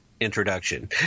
introduction